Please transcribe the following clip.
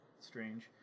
Strange